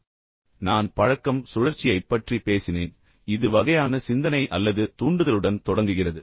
பின்னர் நான் பழக்கம் சுழற்சியைப் பற்றி பேசினேன் இது வகையான சிந்தனை அல்லது தூண்டுதலுடன் தொடங்குகிறது